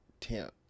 temp